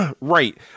right